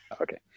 Okay